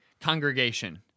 congregation